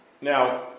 Now